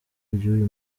ry’uyu